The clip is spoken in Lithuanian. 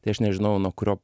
tai aš nežinojau nuo kurio